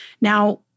Now